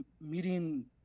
Meeting